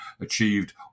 achieved